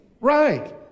Right